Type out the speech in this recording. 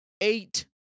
eight